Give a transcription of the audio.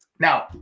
Now